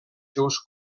seus